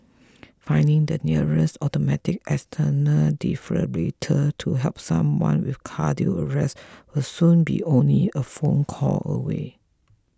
finding the nearest automated external defibrillator to help someone with cardiac arrest will soon be only a phone call away